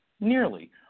nearly